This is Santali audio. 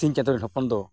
ᱥᱤᱧ ᱪᱟᱸᱫᱳ ᱨᱮᱱ ᱦᱚᱯᱚᱱ ᱫᱚ